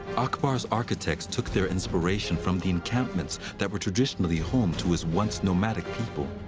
akbar's architects took their inspiration from the encampments that were traditionally home to his once nomadic people.